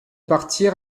partir